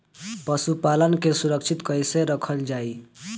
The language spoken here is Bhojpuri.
पशुपालन के सुरक्षित कैसे रखल जाई?